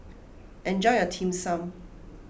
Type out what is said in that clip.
enjoy your Dim Sum